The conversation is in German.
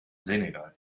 senegal